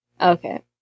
Okay